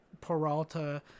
Peralta